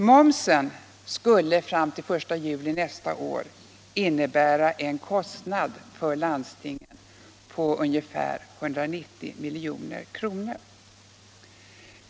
Momshöjningen skulle fram till den 1 juli nästa år innebära en kostnad för landstingen om ungefär 190 milj.kr.